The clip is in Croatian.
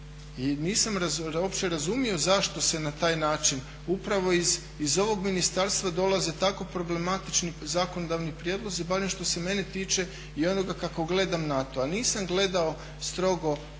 I nisam uopće razumio zašto se na taj način. Upravo iz ovog ministarstva dolaze tako problematični zakonodavni prijedlozi barem što se mene tiče i onoga kako gledam na to, a nisam gledao strogo